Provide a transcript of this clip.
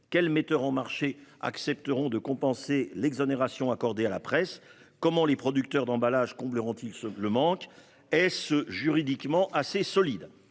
Quels metteurs en marché accepteront de compenser l'exonération accordée à la presse ? Comment les producteurs d'emballages combleront-ils le manque ? Est-ce juridiquement assez solide ?